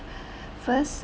first